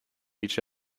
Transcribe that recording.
each